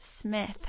Smith